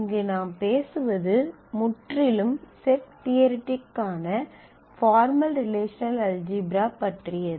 இங்கு நாம் பேசுவது முற்றிலும் செட் தியரடிக்கான பார்மல் ரிலேஷனல் அல்ஜீப்ரா பற்றியது